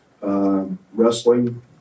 wrestling